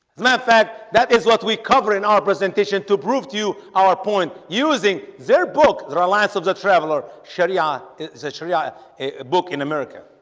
and that that is what we cover in our presentation to prove to you our point using their book there are lines of the traveler. sharia is a shariah a book in america,